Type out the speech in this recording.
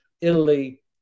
Italy